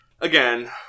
again